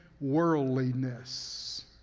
worldliness